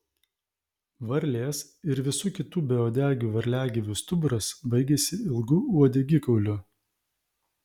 varlės ir visų kitų beuodegių varliagyvių stuburas baigiasi ilgu uodegikauliu